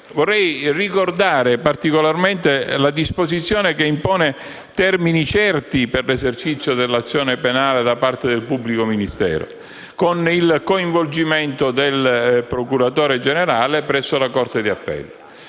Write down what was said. vorrei ricordare particolarmente la disposizione che impone termini certi per l'esercizio dell'azione penale da parte del pubblico ministero con il coinvolgimento del procuratore generale presso la corte d'appello.